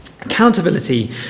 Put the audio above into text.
Accountability